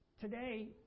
Today